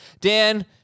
dan